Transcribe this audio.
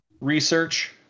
research